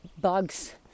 bugs